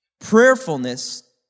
Prayerfulness